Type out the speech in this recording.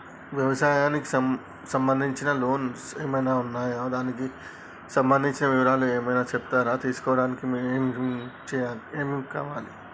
వ్యవసాయం సంబంధించిన లోన్స్ ఏమేమి ఉన్నాయి దానికి సంబంధించిన వివరాలు ఏమైనా చెప్తారా తీసుకోవడానికి ఏమేం కావాలి?